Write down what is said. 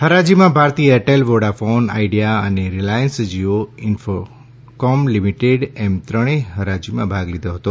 હરાજીમાં Bharti Airtel Vodafone Idea અને Reliance Jio Infocomm Limited એમ ત્રણે હરાજીમાં ભાગ લીધો હતો